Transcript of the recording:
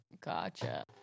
Gotcha